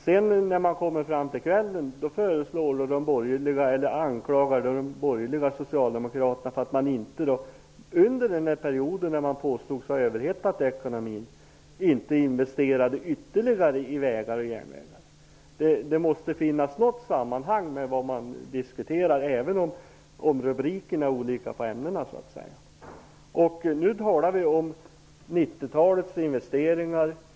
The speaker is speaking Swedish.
När man sedan kommer fram till kvällen anklagar de borgerliga oss socialdemokrater för att vi under den period då vi påstods ha överhettat ekonomin inte investerade ytterligare i vägar och järnvägar. Det måste finnas något samband med vad man diskuterar, även om ämnesrubrikerna är olika. Nu talar vi om 90-talets investeringar.